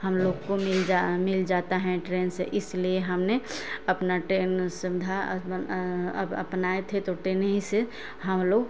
हम लोग को मिल जा मिल जाता हैं ट्रेन से इसलिए हमने अपना ट्रेन सुविधा अपन अब अपनाए थे तो ट्रेन ही से हम लोग